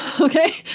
Okay